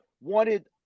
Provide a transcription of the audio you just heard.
wanted